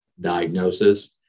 diagnosis